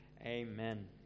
amen